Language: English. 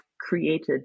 created